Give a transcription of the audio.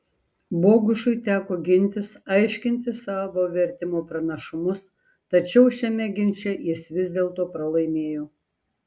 bogušui teko gintis aiškinti savo vertimo pranašumus tačiau šiame ginče jis vis dėlto pralaimėjo